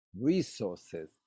resources